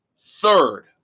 Third